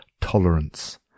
tolerance